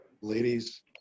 ladies